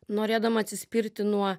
norėdama atsispirti nuo